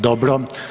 Dobro.